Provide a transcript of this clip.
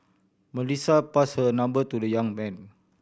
Melissa passed her number to the young man